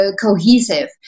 cohesive